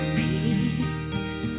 peace